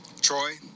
Troy